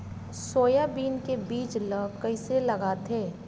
Soybean के बीज ल कइसे लगाथे?